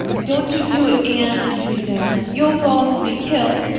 don't you do it, anne, entreated diana. you'll fall off and be killed.